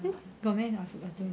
got meh I don't remember